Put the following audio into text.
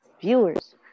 viewers